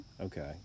Okay